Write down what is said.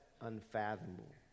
unfathomable